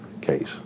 case